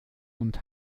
und